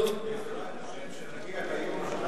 בעזרת השם, שנגיע ליום שהחוק הזה